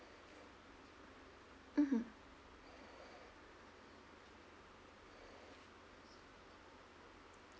mmhmm